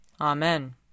Amen